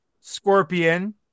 Scorpion